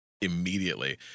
immediately